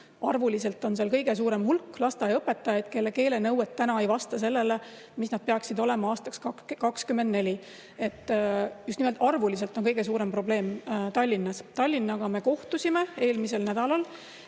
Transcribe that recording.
arvuliselt on Tallinnas kõige suurem hulk lasteaiaõpetajaid, kelle keeleoskus ei vasta sellele, mis see peaks olema aastaks 2024. Just nimelt arvuliselt on kõige suurem probleem Tallinnas. Tallinna [esindajatega] me kohtusime eelmisel nädalal.